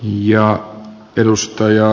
arvoisa puhemies